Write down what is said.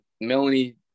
Melanie